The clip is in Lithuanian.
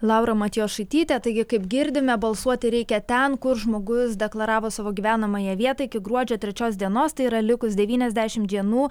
laura matjošaitytė taigi kaip girdime balsuoti reikia ten kur žmogus deklaravo savo gyvenamąją vietą iki gruodžio trečios dienos tai yra likus devyniasdešimt dienų